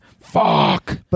fuck